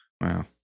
Wow